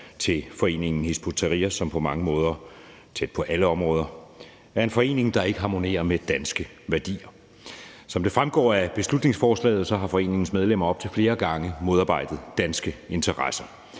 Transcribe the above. fra foreningen Hizb ut-Tahrir, som på mange måder, ja, tæt på alle områder, er en forening, der ikke harmonerer med danske værdier. Som det fremgår af beslutningsforslaget, har foreningens medlemmer op til flere gange modarbejdet danske interesser,